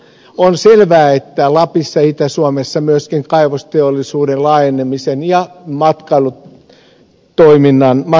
on selvää että lapissa ja itä suomessa myöskin kaivosteollisuuden laajenemisen ja matkailun välillä on ristiriitaa